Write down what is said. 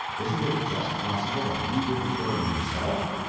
isn't it just possible that he did the killing himself?